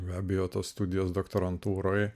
be abejo tas studijas doktorantūroje